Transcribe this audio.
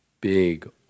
big